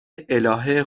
الهه